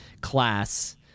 class